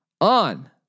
on